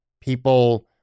people